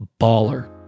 BALLER